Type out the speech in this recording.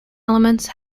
elements